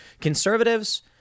conservatives